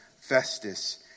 Festus